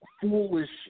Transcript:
foolish